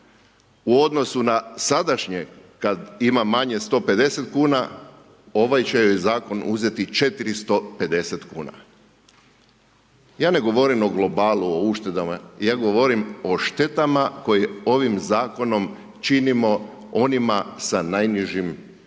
u odnosi na sadašnje kada ima manje 150,00 kn, ovaj Zakon će joj uzeti 450,00 kn. Ja ne govorim o globalu, o uštedama, ja govorim o štetama koje ovim Zakonom činimo onima sa najnižim mirovinama